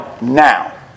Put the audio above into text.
now